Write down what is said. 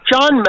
John